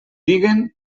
diguen